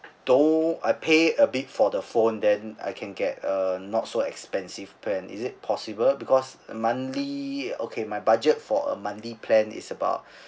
don't I pay a bit for the phone then I can get a not so expensive plan is it possible because a monthly okay my budget for a monthly plan is about